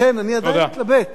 לכן אני עדיין מתלבט